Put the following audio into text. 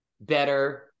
better